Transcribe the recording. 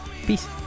Peace